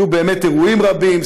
יהיו באמת אירועים רבים,